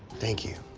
thank you.